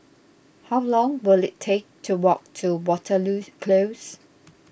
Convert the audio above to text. how long will it take to walk to Waterloo Close